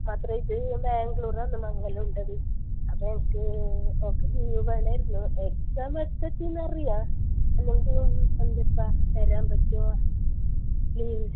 മാത്രല്ല ഇത് ബാംഗ്ലൂരാണ് മംഗലമുണ്ടത് അപ്പോൾ ഓൾക്ക് ഓൾക്ക് ലീവ് വേണമായിരുന്നു എക്സാം അടുത്തെത്തി എന്നറിയാം അല്ലെങ്കിലും എന്താണിപ്പോൾ തരാൻ പറ്റുവോ ലീവ്